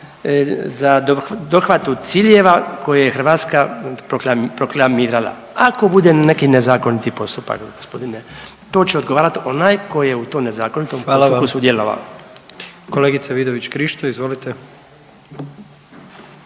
za dohvatu ciljeva koje Hrvatska proklamirala. Ako bude neki nezakoniti postupak gospodine to će odgovarati onaj koji je u tom nezakonitom …/Upadica: Hvala vam./… postupku sudjelovao.